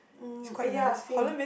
mm ya same